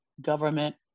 government